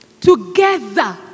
Together